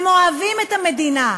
הם אוהבים את המדינה,